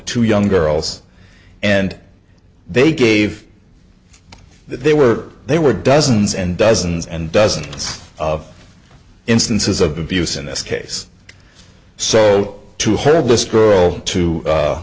two young girls and they gave they were they were dozens and dozens and dozens of instances of abuse in this case so to hear this girl to